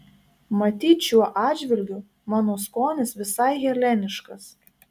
matyt šiuo atžvilgiu mano skonis visai heleniškas